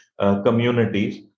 communities